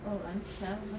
oh um flower bath